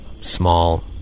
small